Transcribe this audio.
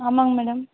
ஆமாங்க மேடம்